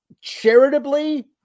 charitably